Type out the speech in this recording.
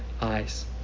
eyes